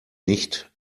nicht